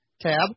tab